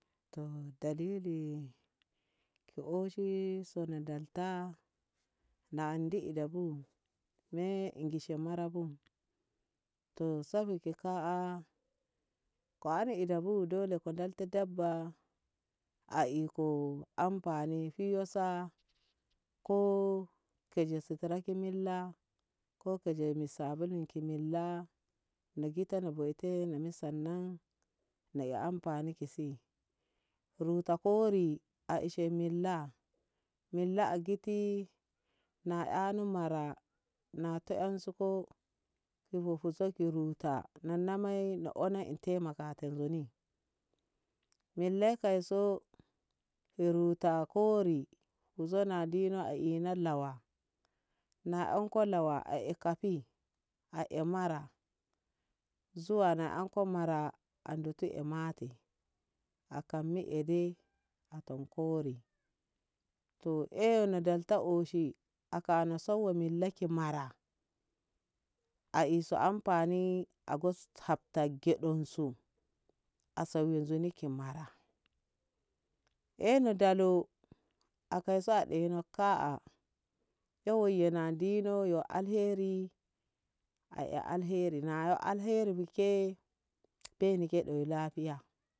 To dalili ko oshi tana dalta na ni dabu me ngishe mara bu to sabi ki ka'a ko ari idabu dole ko ndalto dabba a eko amfani fiyosa ko kiji su tirakin mila ko ki jebu sabulu ki milla na gita na boite sanna na yi amfani kisi ruta kori a e'she milla, milla agiti na ano mara na ta'ensuko ki bo fu se ki ruta nan na mai na ono in taimaka to nzuni milla kaiso ruta kori nzona dina a ina lawa na anko lawa a e'kafi a'e mara zuwa na anko mara nduti a mati a kam me'e de a tam kori to ai na dalta oshi a kano sauwo milla ke mara a iso amfani agos hafta geɗensu a sauwe nzuni ki mara e ndalu a ka so a ɗeno ka'a ewaiye na dino yo alheri a'e alheri na nayo alheri bu ke beni ke ɗoyi lahiya.